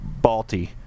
Balti